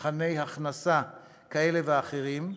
מבחני הכנסה כאלה ואחרים,